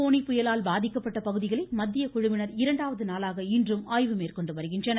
போனி புயலால் பாதிக்கப்பட்ட பகுதிகளை மத்திய குழுவினா் இரண்டாவது நாளாக இன்றும் ஆய்வு மேற்கொண்டு வருகின்றனர்